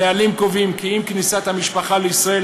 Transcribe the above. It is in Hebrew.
הנהלים קובעים כי עם כניסת המשפחה לישראל,